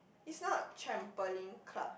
is not trampoline club